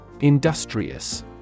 Industrious